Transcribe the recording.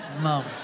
Mom